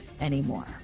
anymore